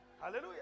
Hallelujah